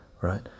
right